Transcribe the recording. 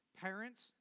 parents